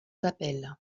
d’appel